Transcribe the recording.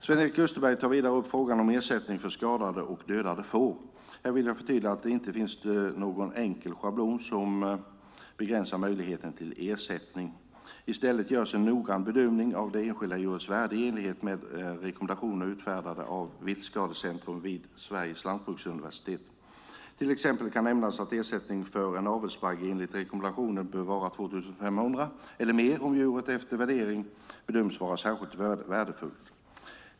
Sven-Erik Österberg tar vidare upp frågan om ersättning för skadade och dödade får. Här vill jag tydliggöra att det inte finns någon enkel schablon som begränsar möjligheten till ersättning. I stället görs en noggrann bedömning av det enskilda djurets värde i enlighet med rekommendationer utfärdade av Viltskadecenter vid Sveriges lantbruksuniversitet. Till exempel kan nämnas att ersättningen för en avelsbagge enligt rekommendationen bör vara 2 500 kronor eller mer om djuret efter värdering bedöms vara särskilt värdefullt.